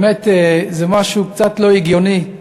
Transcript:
באמת זה משהו קצת לא הגיוני,